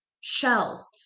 shell